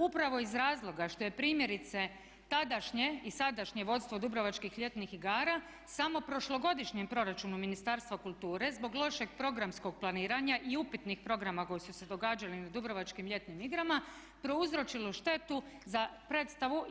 Upravo iz razloga što je primjerice tadašnje i sadašnje vodstvo dubrovačkih ljetnih igara samo u prošlogodišnjem proračunu Ministarstva kulture zbog lošeg programskog planiranja i upitnih programa koji su se događali na Dubrovačkim ljetnim igrama prouzročilo štetu za predstavu,